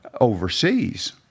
overseas